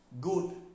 good